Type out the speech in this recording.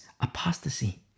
apostasy